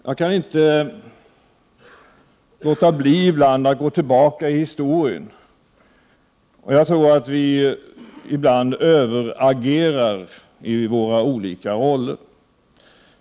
Jag kan inte låta bli att ibland gå tillbaka i historien. Jag tror att vi ibland överagerar i våra olika roller.